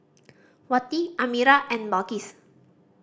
Wati Amirah and Balqis